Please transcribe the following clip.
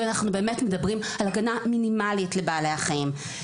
ואנחנו באמת מדברים על הגנה מינימלית לבעלי החיים.